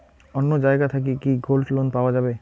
অন্য জায়গা থাকি কি গোল্ড লোন পাওয়া যাবে?